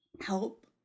help